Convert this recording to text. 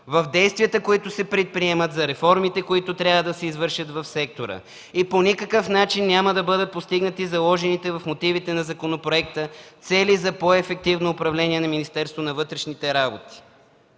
предприеманите действия за реформите, които трябва да се извършат в сектора, и по никакъв начин няма да бъдат постигнати заложените в мотивите на законопроекта цели за по-ефективно управление на Министерството на вътрешните работи.